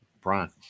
Brian